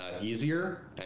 easier